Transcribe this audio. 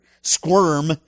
squirm